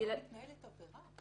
מתנהלת עבירה?